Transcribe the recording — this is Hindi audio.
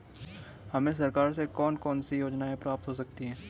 हमें सरकार से कौन कौनसी योजनाएँ प्राप्त हो सकती हैं?